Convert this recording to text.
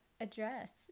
address